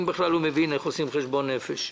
אם הוא בכלל מבין איך עושים חשבון נפש.